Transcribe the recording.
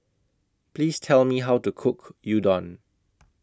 Please Tell Me How to Cook Udon